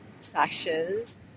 sessions